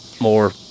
More